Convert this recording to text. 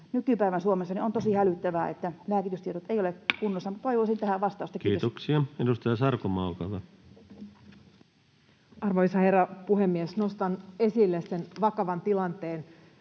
Nykypäivän Suomessa on tosi hälyttävää, että lääkitystiedot eivät ole kunnossa. Toivoisin tähän vastausta. — Kiitos. Kiitoksia. — Edustaja Sarkomaa, olkaa hyvä. Arvoisa herra puhemies! Nostan esille sen vakavan tilanteen